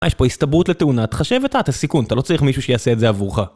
יש פה הסתברות לתאונה, תחשב אתה את הסיכון, אתה לא צריך מישהו שיעשה את זה עבורך.